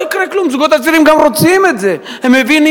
לא יקרה כלום.